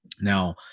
Now